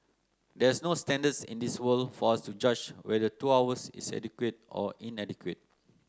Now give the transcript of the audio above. there is no standards in this world for us to judge whether two hours is adequate or inadequate